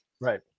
right